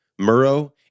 Murrow